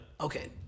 Okay